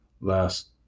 last